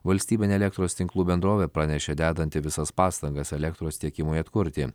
valstybinė elektros tinklų bendrovė pranešė dedanti visas pastangas elektros tiekimui atkurti